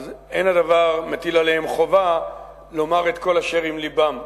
אין הדבר מטיל עליהם חובה לומר את כל אשר עם לבם.